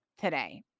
today